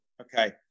Okay